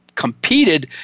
competed